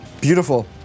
Beautiful